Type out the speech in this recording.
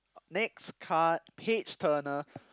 next card page turner